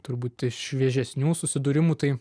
turbūt šviežesnių susidūrimų tai